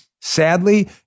Sadly